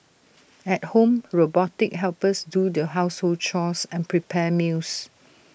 at home robotic helpers do the household chores and prepare meals